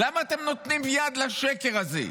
למה אתם נותנים יד לשקר הזה?